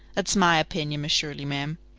that's my opinion, miss shirley, ma'am.